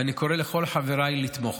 ואני קורא לכל חבריי לתמוך.